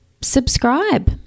subscribe